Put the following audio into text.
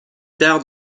tard